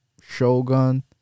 Shogun